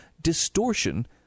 distortion